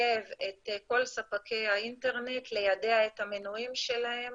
מחייב את כל ספקי האינטרנט ליידע את המנויים שלהם